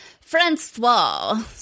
Francois